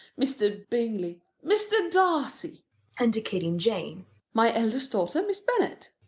mr. bingley mr. darcy indicating jane my eldest daughter, miss bennet.